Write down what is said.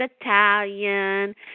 Italian